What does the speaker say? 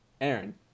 Aaron